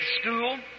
school